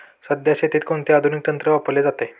सध्या शेतीत कोणते आधुनिक तंत्र वापरले जाते?